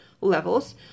levels